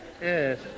Yes